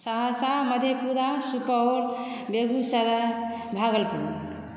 Saharsa Madhepura Supaul Begusarai Bhagalpur